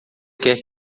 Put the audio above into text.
quer